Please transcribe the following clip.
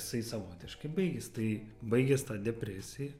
jisai savotiškai baigės tai baigės depresija